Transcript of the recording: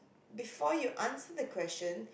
before you answer the question